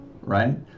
right